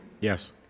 Yes